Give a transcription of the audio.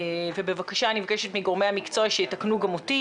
ובבקשה אני מבקשת מגורמי המקצוע שיתקנו גם אותי